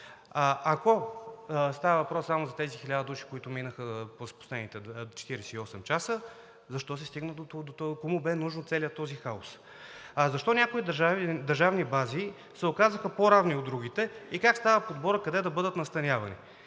Ако става въпрос само за тези хиляда души, които минаха през последните 48 часа, кому бе нужен целият този хаос? Защо някои държавни бази се оказаха по-равни от другите и как става подборът къде да бъдат настанявани?